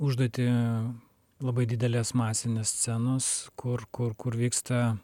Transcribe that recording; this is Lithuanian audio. užduotį labai didelės masinės scenos kur kur kur vyksta